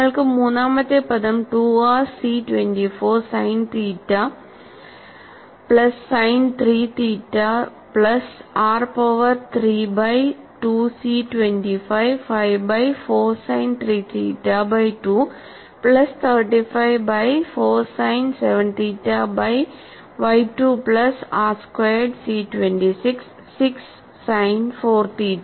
നിങ്ങൾക്ക് മൂന്നാമത്തെ പദം 2 r c24 sine theta plus sine 3 theta plus r power 3 by 2 c25 5 by 4 sine 3 theta by 2 plus 35 by 4 sine 7 theta by y 2 plus r squared c26 6 sine 4 theta